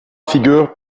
figurent